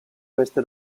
queste